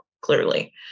clearly